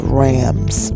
rams